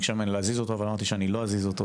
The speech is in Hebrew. ביקשה ממני להזיז אותו אבל אמרתי שלא אזיז אותו,